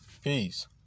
peace